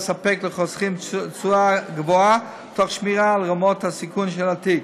לספק לחוסכים תשואה גבוהה תוך שמירה על רמות הסיכון של התיק.